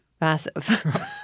massive